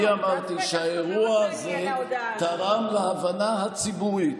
אני אמרתי שהאירוע הזה תרם להבנה הציבורית,